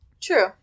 True